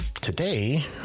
Today